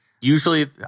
Usually